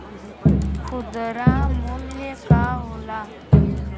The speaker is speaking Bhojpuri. खुदरा मूल्य का होला?